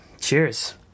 Cheers